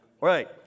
right